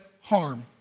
harm